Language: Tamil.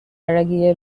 அழகிய